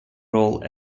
role